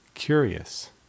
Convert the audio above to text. curious